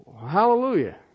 Hallelujah